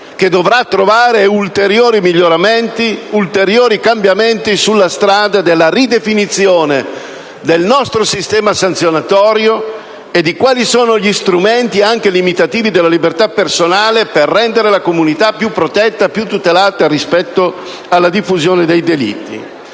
che dovrà trovare ulteriori miglioramenti e cambiamenti sulla strada della ridefinizione del nostro sistema sanzionatorio e degli strumenti limitativi della libertà personale per rendere la comunità più protetta e tutelata rispetto alla diffusione dei delitti.